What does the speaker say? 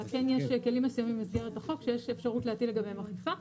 אלא כן יש כלים מסוימים במסגרת החוק שיש אפשרות להטיל לגביהם אכיפה.